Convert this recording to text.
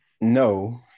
no